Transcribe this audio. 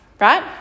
right